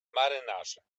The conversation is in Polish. marynarze